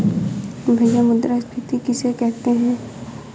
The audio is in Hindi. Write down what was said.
भैया मुद्रा स्फ़ीति किसे कहते हैं?